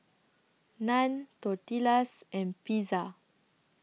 Naan Tortillas and Pizza